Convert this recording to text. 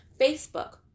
Facebook